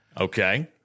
okay